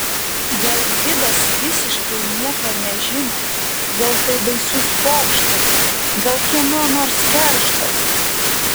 gal gvidas visiškai nieko nežino gal tai baisus pokštas gal kieno nors kerštas